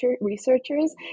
researchers